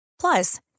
Plus